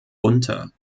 unter